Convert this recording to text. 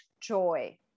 joy